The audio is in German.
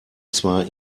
zwar